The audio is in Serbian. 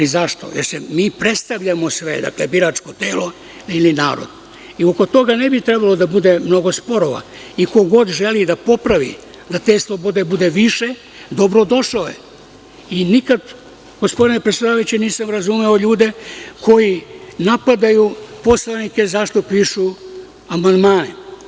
Mi se predstavljamo, dakle, biračko telo ili narod i oko toga ne bi trebalo da bude mnogo sporova i ko god želi da popravi, da te slobode bude više, dobro je došao i nikada nisam, gospodine predsedavajući razumeo ljude koji napadaju poslanike zašto pišu amandmane.